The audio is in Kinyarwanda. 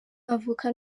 avoka